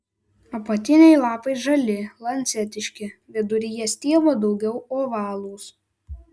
apatiniai lapai žali lancetiški viduryje stiebo daugiau ovalūs